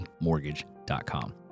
mortgage.com